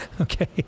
Okay